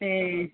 ए